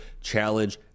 Challenge